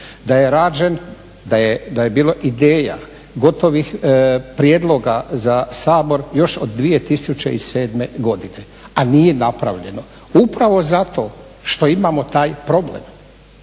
da je rađen, da je bila ideja, gotovih prijedloga za Sabor još od 2007. godine, a nije napravljeno. Upravo zato što imamo taj problem